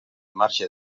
marge